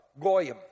Goyim